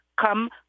come